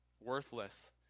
worthless